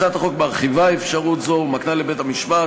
הצעת החוק מרחיבה אפשרות זו ומקנה לבית-המשפט,